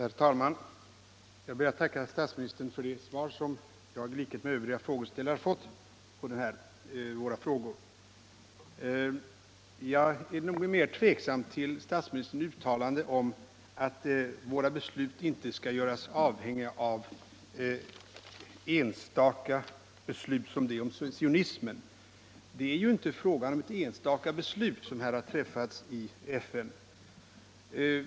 Herr talman! Jag ber att få tacka statsministern för det svar som jag i likhet med övriga frågeställare fått på min fråga. Jag ställer mig nog mera tveksam till statsministerns uttalande om att vårt ställningstagande till FN inte skall göras avhängigt av enstaka beslut, såsom det om sionismen. Det är ju inte fråga om ett enstaka beslut som här träffats i FN.